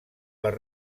per